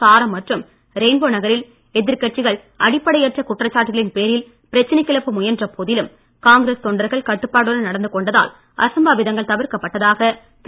சாரம் மற்றும் ரெயின்போ நகரில் எதிர்கட்சிகள் அடிப்படையற்ற குற்றச்சாட்டுகளின் பேரில் பிரச்சனை கிளப்ப முயன்ற போதிலும் காங்கிரஸ் தொண்டர்கள் கட்டுப்பாட்டுடன் நடந்து கொண்டதால் அசம்பாவிதங்கள் தவிர்க்கப்பட்டதாக திரு